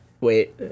Wait